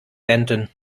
danton